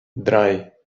drei